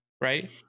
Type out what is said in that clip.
right